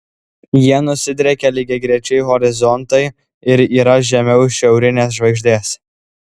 jie nusidriekę lygiagrečiai horizontui ir yra žemiau šiaurinės žvaigždės